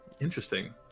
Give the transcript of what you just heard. Interesting